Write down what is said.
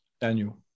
Daniel